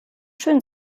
schön